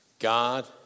God